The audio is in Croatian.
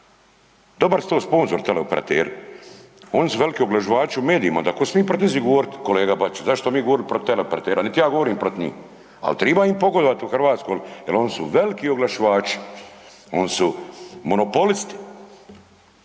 Dobar su to sponzor teleoperateri. Oni su veliki oglašivači u medijima, da ako će svi protiv njih govoriti kolega Bačić, zašto bi mi govorili protiv teleoperatera, niti ja govorim protiv njih, ali treba im pogodovati u Hrvatskoj jer oni su veliki oglašivači, oni su monopolisti.